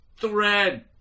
thread